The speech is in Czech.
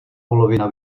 polovina